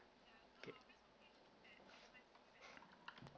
okay